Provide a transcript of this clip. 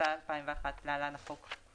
התשס"א-2001 (להלן החוק),